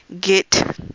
get